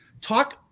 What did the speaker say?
Talk